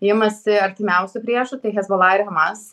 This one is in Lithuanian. imasi artimiausių priešų tai hezbollah ir hamas